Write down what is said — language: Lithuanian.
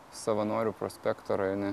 savanorių prospekto rajone